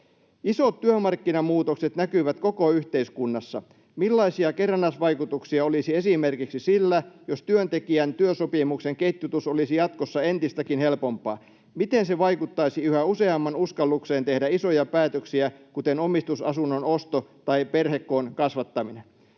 Isot työmarkkinamuutokset näkyvät koko yhteiskunnassa. Millaisia kerrannaisvaikutuksia olisi esimerkiksi sillä, jos työntekijän työsopimuksen ketjutus olisi jatkossa entistäkin helpompaa? Miten se vaikuttaisi yhä useamman uskallukseen tehdä isoja päätöksiä kuten omistusasunnon osto tai perhekoon kasvattaminen?”